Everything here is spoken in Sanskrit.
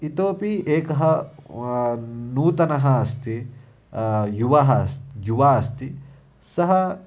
इतोपि एकः नूतनः अस्ति युवः अस् युवा अस्ति सः